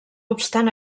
obstant